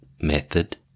method